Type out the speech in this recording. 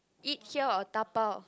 eat here or dabao